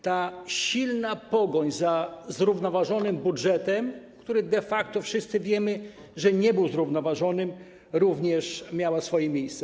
Ta silna pogoń za zrównoważonym budżetem, który de facto, jak wszyscy wiemy, nie był zrównoważony, również miała miejsce.